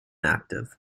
active